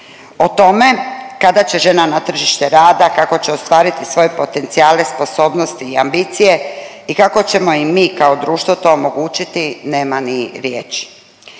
O tome kada će žena na tržište rada, kako će ostvariti svoje potencijale sposobnosti i ambicije i kako ćemo im mi kao društvo to omogućiti nema ni riječi.